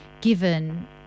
given